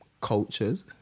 cultures